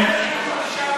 אבל אתם הבאתם אותם לשם.